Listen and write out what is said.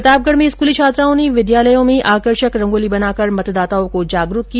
प्रतापगढ में स्कूली छात्राओं ने विद्यालयों में आकर्षक रंगोली बनाकर मतदाताओं को जागरूक किया